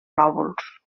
lòbuls